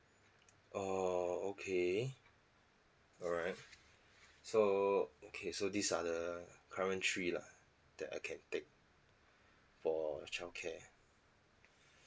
orh okay alright so okay so these are the current three lah that I can take for childcare